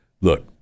look